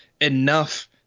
enough